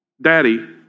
Daddy